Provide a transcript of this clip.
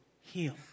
heal